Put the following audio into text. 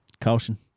caution